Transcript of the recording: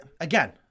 again